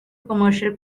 commercial